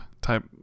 type